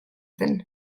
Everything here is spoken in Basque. zen